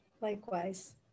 likewise